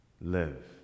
Live